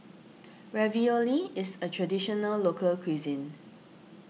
Ravioli is a Traditional Local Cuisine